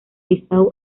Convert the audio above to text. bissau